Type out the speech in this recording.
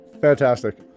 Fantastic